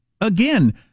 again